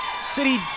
City